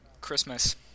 Christmas